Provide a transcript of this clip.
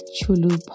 Chulu